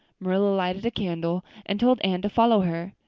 marilla lighted a candle and told anne to follow her,